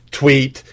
tweet